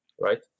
right